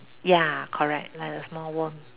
ya correct like a small worm